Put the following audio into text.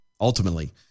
ultimately